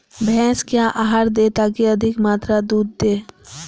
भैंस क्या आहार दे ताकि अधिक मात्रा दूध दे?